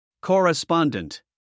Correspondent